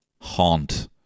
Haunt